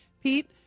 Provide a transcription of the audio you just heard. Pete